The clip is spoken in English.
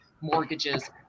mortgages